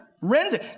Render